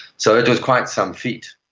so it was quite some feat.